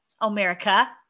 America